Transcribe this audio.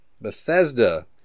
Bethesda